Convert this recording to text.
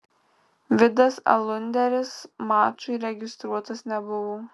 vidas alunderis mačui registruotas nebuvo